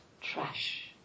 trash